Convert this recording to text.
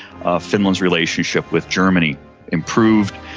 ah finland's relationship with germany improved.